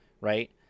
right